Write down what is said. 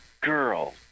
girl